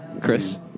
Chris